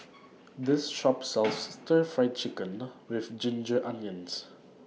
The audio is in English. This Shop sells Stir Fried Chicken with Ginger Onions